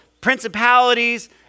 principalities